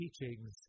teachings